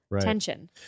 tension